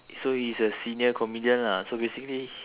so he's a senior comedian lah so basically